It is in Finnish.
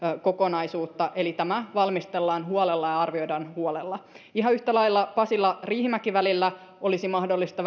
kokonaisuutta eli tämä valmistellaan huolella ja arvioidaan huolella ihan yhtä lailla pasila riihimäki välillä olisi mahdollista